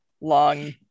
long